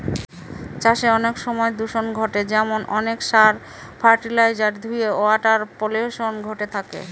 চাষে অনেক সময় দূষন ঘটে যেমন অনেক সার, ফার্টিলাইজার ধূয়ে ওয়াটার পলিউশন ঘটে থাকে